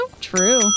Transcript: True